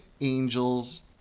angels